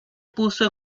puso